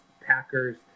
Packers